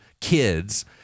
kids